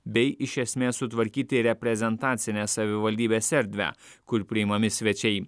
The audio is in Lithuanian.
bei iš esmės sutvarkyti reprezentacinę savivaldybės erdvę kur priimami svečiai